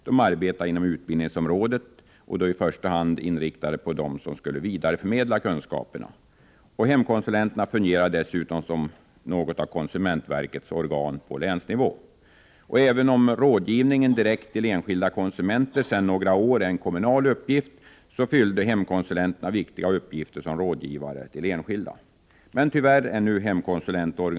De arbetade inom utbildningsområdet och var i första hand inriktade på personer som skulle vidareförmedla kunskaperna. Hemkonsulenterna fungerade dessutom som något av konsumentverkets organ på länsnivå. Även om rådgivningen direkt till enskilda konsumenter sedan några år tillbaka är en kommunal uppgift, fyllde hemkonsulenterna viktiga uppgifter som rådgivare till enskilda.